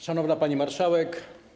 Szanowna Pani Marszałek!